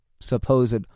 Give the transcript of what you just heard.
supposed